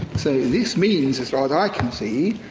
so this means, as far as i can see,